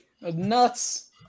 Nuts